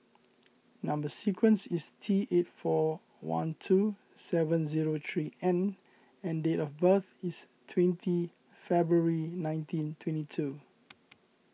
Number Sequence is T eight four one two seven zero three N and date of birth is twenty February nineteen twenty two